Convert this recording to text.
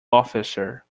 officer